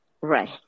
Right